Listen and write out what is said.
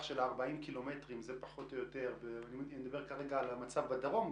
של 40 ק"מ כרגע אני מדבר בעיקר על המצב בדרום,